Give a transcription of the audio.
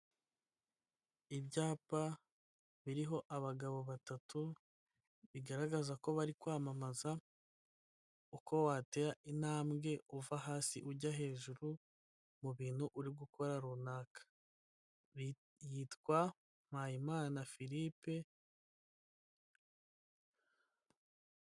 Ibyapa biriho abagabo batatu bigaragaza ko bari kwamamaza uko watera intambwe uva hasi ujya hejuru mu bintu uri gukora runaka yitwa MpayimanaFiripe.